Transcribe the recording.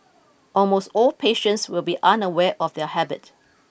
almost all patients will be unaware of their habit